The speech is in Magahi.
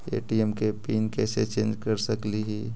ए.टी.एम के पिन कैसे चेंज कर सकली ही?